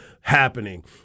happening